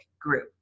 group